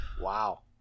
Wow